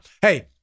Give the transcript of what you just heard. Hey